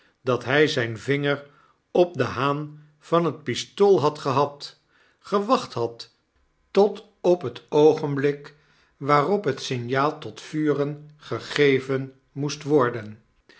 dat hij zijn vinger op den haan van het pistool had gehad gewacht had tot op het oogenblik waarop het signaal tot vuren gegeven moest worden